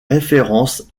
références